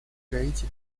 гаити